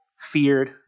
feared